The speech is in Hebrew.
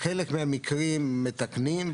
בחלק מהמקרים מתקנים,